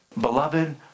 beloved